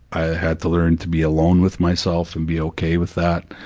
i had to learn to be alone with myself, and be okay with that.